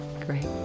Great